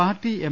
party M